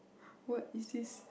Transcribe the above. what is this